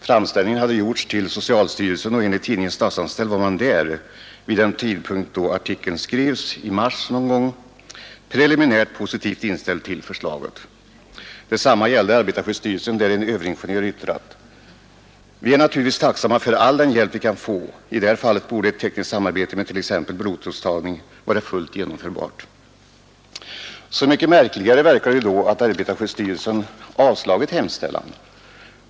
Framställningen hade gjorts till socialstyrelsen och enligt tidningen Statsanställd var man där vid den tidpunkt då artikeln skrevs, någon gång i mars, preliminärt positivt inställd till förslaget. Detsamma gällde arbetarskyddsstyrelsen där en överingenjör yttrat: ”Vi är naturligtvis tacksamma för all den hjälp vi kan få. I det här fallet borde ett tekniskt samarbete med t.ex. blodprovstagning vara fullt genomförbart.” Så mycket märkligare verkar det ju då att arbetarskyddsstyrelsen avslagit hemställan.